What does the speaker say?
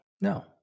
no